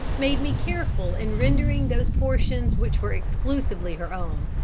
made me careful in rendering those portions which were exclusively her own.